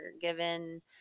given